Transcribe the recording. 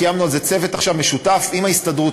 עכשיו הקמנו על זה צוות משותף עם ההסתדרות,